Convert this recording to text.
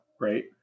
right